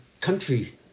country